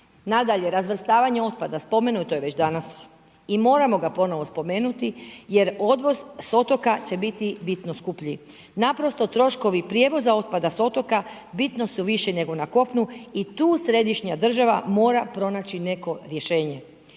Nadalje, razvrstavanje otpada, spomenuto je već danas. I moramo ga ponovno spomenuti jer odvoz s otoka će biti bitno skuplji. Naprosto troškovi prijevoza otpada sa otoka bitno su viši nego na kopnu i tu središnja država mora pronaći neko rješenje.